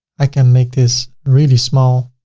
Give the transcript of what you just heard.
i can make this really small